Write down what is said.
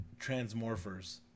transmorphers